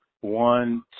one